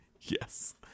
Yes